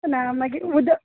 ना मागीर उदक